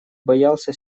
боялся